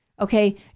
Okay